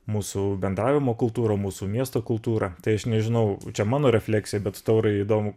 mūsų bendravimo kultūrą mūsų miesto kultūrą tai aš nežinau čia mano refleksija bet taurai įdomu